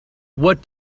what